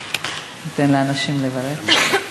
ניתן לאנשים לברך.